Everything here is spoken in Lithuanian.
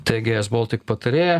tgs baltic patarėja